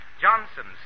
Johnson's